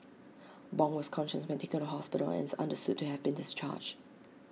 Bong was conscious when taken to hospital and is understood to have been discharged